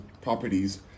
properties